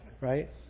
Right